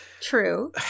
true